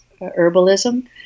herbalism